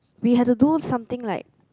we have to do something like